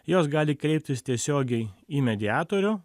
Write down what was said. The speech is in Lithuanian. jos gali kreiptis tiesiogiai į mediatorių